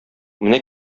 менә